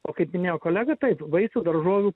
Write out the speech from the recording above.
o kaip minėjo kolega taip vaisių daržovių